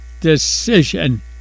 decision